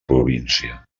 província